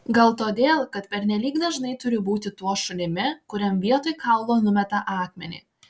gal todėl kad pernelyg dažnai turiu būti tuo šunimi kuriam vietoj kaulo numeta akmenį